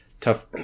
tough